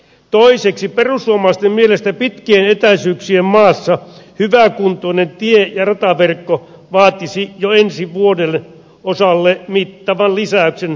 toiseksi perussuomalaisten mielestä pitkien etäisyyksien maassa hyväkuntoinen tie ja rataverkko vaatisi jo ensi vuoden osalle mittavan lisäyksen perusväylänpitoon